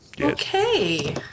Okay